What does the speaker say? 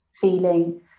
feeling